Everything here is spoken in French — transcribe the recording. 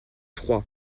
trois